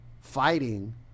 fighting